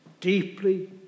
deeply